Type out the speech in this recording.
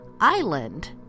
island